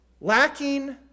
lacking